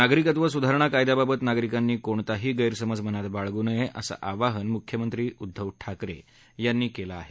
नागरिकत्व सुधारणा कायद्याबाबत नागरिकांनी कोणताही गैरसमज मनात बाळगू नये असं आवाहन मुख्यमंत्री उद्दव ठाकरे यांनी केलं आहे